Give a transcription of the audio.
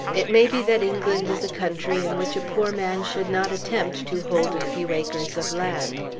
it may be that england is a country in which a poor man should not attempt to hold a few acres of land.